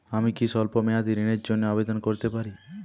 আমি কি স্বল্প মেয়াদি ঋণের জন্যে আবেদন করতে পারি?